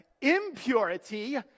Impurity